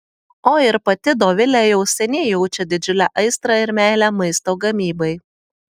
o ir pati dovilė jau seniai jaučia didžiulę aistrą ir meilę maisto gamybai